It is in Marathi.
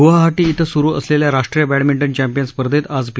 गुवाहाटी ॐ सुरू असलेल्या राष्ट्रीय बॅडमिंटन चॅम्पियन स्पर्धेत आज पी